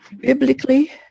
biblically